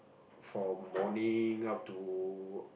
for morning up to